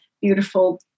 beautiful